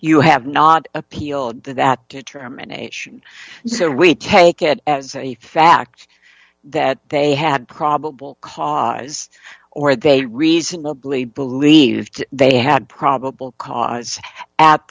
you have not appealed that determination so we take it as a fact that they had probable cause or they reasonably believed they had probable cause at